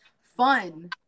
fun